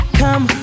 come